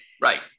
Right